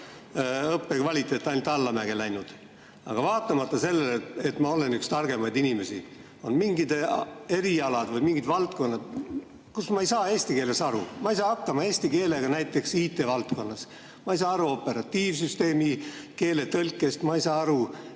õppekvaliteet ainult allamäge läinud. Aga vaatamata sellele, et ma olen üks targemaid inimesi, on mingid erialad või mingid valdkonnad, kus ma ei saa eesti keelest aru. Ma ei saa hakkama eesti keelega näiteks IT‑valdkonnas, ma ei saa aru operatiivsüsteemi keeletõlkest, ma ei saa aru